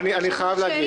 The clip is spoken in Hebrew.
אני מבקש הסבר.